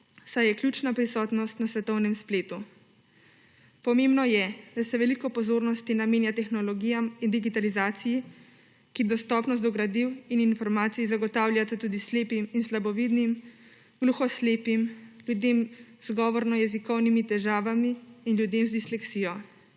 saj je ključna prisotnost na svetovnem spletu. Pomembno je, da se veliko pozornosti namenja tehnologijam in digitalizaciji, ki dostopnost do gradiv in informacij zagotavljate tudi slepim in slabovidnim, gluhoslepim, ljudem z govorno-jezikovnimi težavami in ljudem z disleksijo.